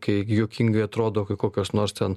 kai juokingai atrodo kai kokios nors ten